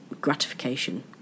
gratification